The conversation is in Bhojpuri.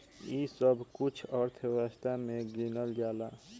ई सब कुल अर्थव्यवस्था मे गिनल जाला